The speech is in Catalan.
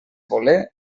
voler